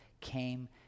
came